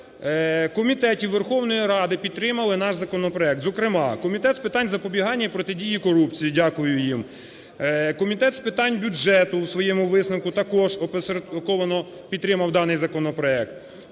комітетів Верховної Ради підтримали наш законопроект. Зокрема, Комітет з питань запобігання і протидії корупції, дякую їм. Комітет з питань бюджету у своєму висновку також опосередковано підтримав даний законопроект.